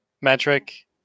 Metric